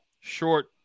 short